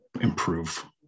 improve